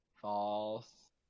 false